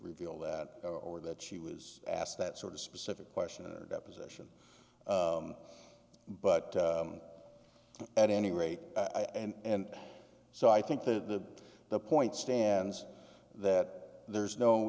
reveal that or that she was asked that sort of specific question deposition but at any rate i and so i think that the the point stands that there's no